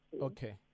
Okay